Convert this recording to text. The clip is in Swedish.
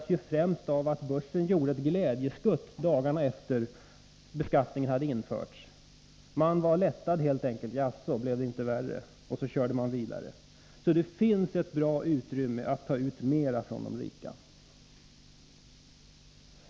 Det visas främst av att börsen gjorde ett glädjeskutt dagarna efter att beskattningen hade införts. På börsen blev man helt enkelt lättad, och man sade: Jaså, blev det inte värre! Och så körde man vidare. — Det finns alltså utrymme för att ta ut mer från de rika.